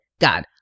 God